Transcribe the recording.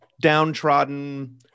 downtrodden